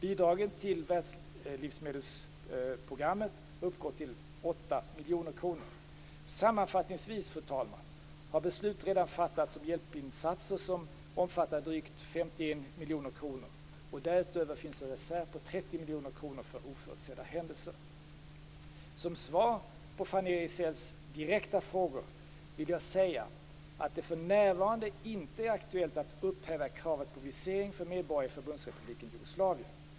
Bidraget till WFP uppgår till 8 miljoner kronor. Sammanfattningsvis har beslut redan fattats om hjälpinsatser som omfattar drygt 51 miljoner kronor och därutöver finns en reserv på 30 miljoner kronor för oförutsedda händelser. Som svar på Fanny Rizells direkta frågor vill jag säga att det för närvarande inte är aktuellt att upphäva kravet på visering för medborgare i Förbundsrepubliken Jugoslavien.